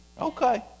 Okay